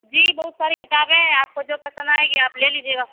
جی بہت ساری کتابیں ہیں آپ کو جو پسند آ ئے گی آپ لے لیجیے گا